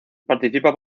participa